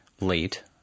late